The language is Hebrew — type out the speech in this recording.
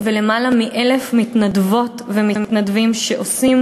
ולמעלה מ-1,000 מתנדבות ומתנדבים שעושים